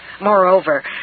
Moreover